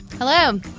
Hello